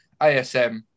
ASM